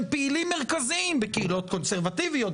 פעילים מרכזיים בקהילות קונסרבטיביות,